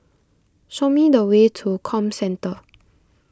show me the way to Comcentre